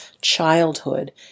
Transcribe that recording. childhood